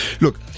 Look